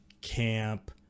camp